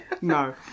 no